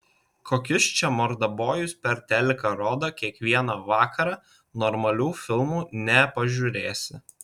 kokius čia mordabojus per teliką rodo kiekvieną vakarą normalių filmų nepažiūrėsi